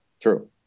True